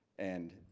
and